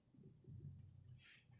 mm